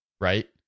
right